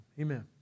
Amen